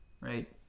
Right